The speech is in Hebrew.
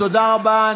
תודה רבה.